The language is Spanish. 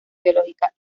biológica